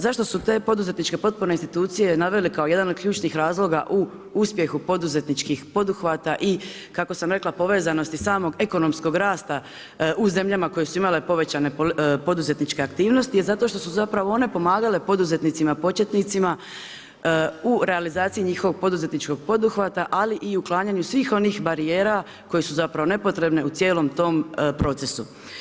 Zašto su te poduzetničke potporne institucije naveli kao jedan od ključnih razloga u uspjehu poduzetničkih poduhvata i kako sam rekla povezanosti samog ekonomskog rasta u zemljama koje su imale povećane poduzetničke aktivnosti je zato što su zapravo one pomagale poduzetnicima početnicima u realizaciji njihovog poduzetničkog poduhvata, ali i uklanjanju svih onih barijera koje su zapravo nepotrebne u cijelom tom procesu.